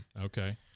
Okay